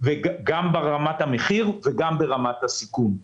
גם ברמת המחיר וגם ברמת הסיכון.